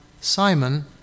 Simon